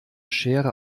schere